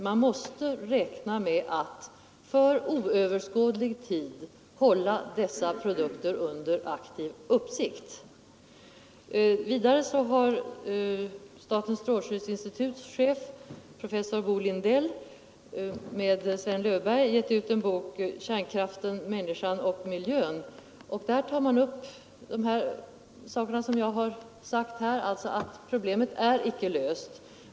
Man måste räkna med att för oöverskådlig tid hålla dessa produkter under aktiv uppsikt. Vidare har statens strålskyddsinstituts chef, professor Bo Lindell, tillsammans med Sven Löfveberg givit ut en bok, Kärnkraften, människan och säkerheten, där man tar upp vad jag har talat om här och säger att problemet icke är löst.